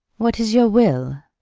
what is your will?